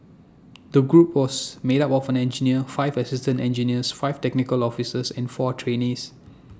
the group was made up of an engineer five assistant engineers five technical officers and four trainees